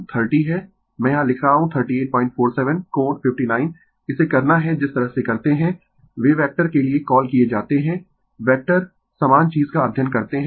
तो V1 30 है मैं यहाँ लिख रहा हूँ 3847 कोण 59 इसे करना है जिस तरह से करते है वे वैक्टर के लिए कॉल किये जाते है वैक्टर समान चीज का अध्ययन करते है